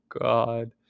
God